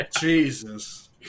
Jesus